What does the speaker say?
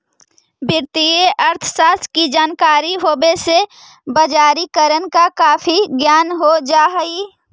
वित्तीय अर्थशास्त्र की जानकारी होवे से बजारिकरण का काफी ज्ञान हो जा हई